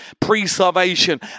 pre-salvation